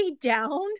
down